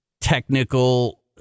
technical